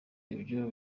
ibyo